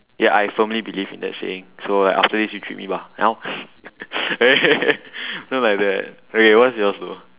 ya I firmly believe in that saying so after this you treat me bah how eh don't like that okay what's yours though